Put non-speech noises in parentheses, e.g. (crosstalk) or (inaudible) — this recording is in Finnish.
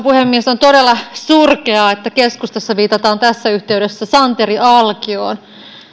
(unintelligible) puhemies on todella surkeaa että keskustassa viitataan tässä yhteydessä santeri alkioon